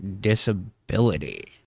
disability